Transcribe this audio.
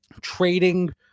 trading